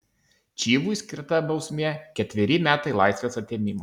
čivui skirta bausmė ketveri metai laisvės atėmimo